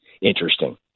interesting